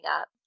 up